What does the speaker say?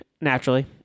naturally